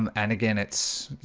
um and again, it's you